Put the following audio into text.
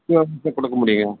two ஹவர்ஸில் கொடுக்க முடியும்